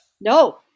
No